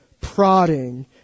prodding